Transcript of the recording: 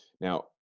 Now